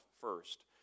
first